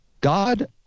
God